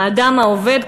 האדם העובד,